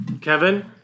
Kevin